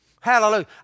Hallelujah